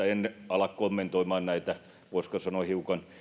en ala kommentoimaan näitä voisiko sanoa hiukan